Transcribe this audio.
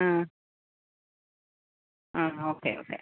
ആ ആ okay okay